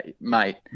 mate